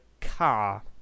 car